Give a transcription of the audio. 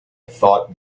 thought